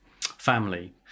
Family